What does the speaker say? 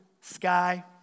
sky